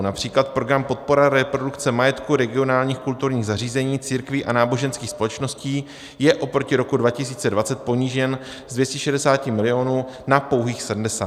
Například program Podpora reprodukce majetku regionálních kulturních zařízení, církví a náboženských společností je oproti roku 2020 ponížen z 260 mil. na pouhých 70.